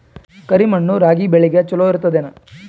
ಕರಿ ಮಣ್ಣು ರಾಗಿ ಬೇಳಿಗ ಚಲೋ ಇರ್ತದ ಏನು?